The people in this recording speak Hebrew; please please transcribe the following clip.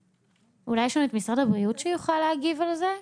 אולי יש לנו את משרד הבריאות שיוכל להגיב על זה?